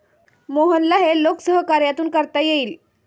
मोहनला हे लोकसहकार्यातून करता येईल